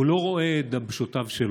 הוא לא רואה את דבשותיו שלו.